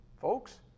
folks